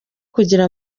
kugira